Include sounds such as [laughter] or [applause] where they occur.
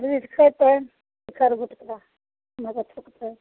दस बीस खएतै [unintelligible]